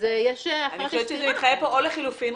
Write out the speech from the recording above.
ויש --- אני חושבת שזה מתחייב פה או לחלופין